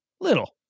Little